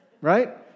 right